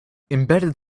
embedded